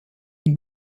und